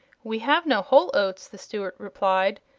we have no whole oats, the steward replied,